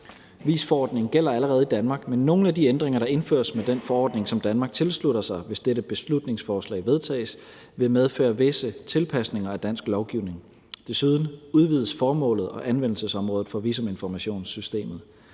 VIS-forordningen gælder allerede i Danmark, men nogle af de ændringer, der indføres med den forordning, som Danmark tilslutter sig, hvis dette beslutningsforslag vedtages, vil medføre visse tilpasninger af dansk lovgivning. Desuden udvides formålet med og anvendelsesområdet for visuminformationssystemet.